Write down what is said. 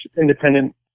independent